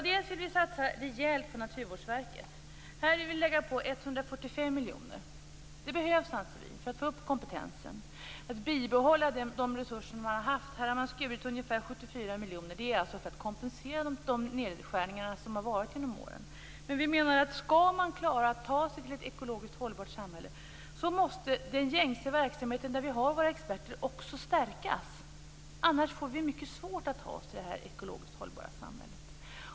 Dels vill vi satsa rejält på Naturvårdsverket. Här vill vi lägga på 145 miljoner. Det behövs, anser vi, för att få upp kompetensen och för att behålla de resurser man har haft. Här har man skurit ned med ungefär 74 miljoner. Det är alltså för att kompensera för de nedskärningar som har varit genom åren. Vi menar att skall man klara att ta sig till ett ekologiskt hållbart samhälle, måste den gängse verksamheten där vi har våra experter också stärkas. Annars får vi mycket svårt att ta oss till det ekologiskt hållbara samhället.